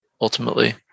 Ultimately